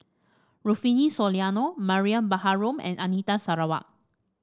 Rufino Soliano Mariam Baharom and Anita Sarawak